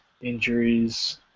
injuries